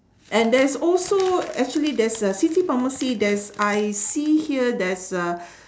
and there's also actually there's a city pharmacy there's I see here there's a